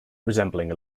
resembling